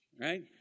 right